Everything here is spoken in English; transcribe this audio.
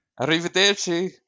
Arrivederci